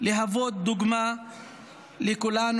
להביא דוגמה לכולנו.